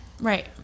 Right